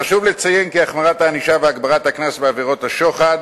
חשוב לציין כי החמרת הענישה והגברת הקנס בעבירות השוחד,